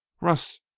Russ